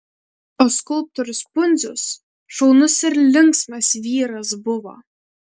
o skulptorius pundzius šaunus ir linksmas vyras buvo